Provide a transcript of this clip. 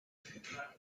centra